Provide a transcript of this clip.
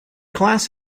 class